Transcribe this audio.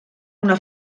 una